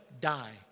die